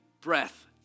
breath